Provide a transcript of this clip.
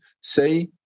say